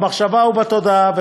במחשבה ובתודעה,